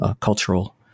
cultural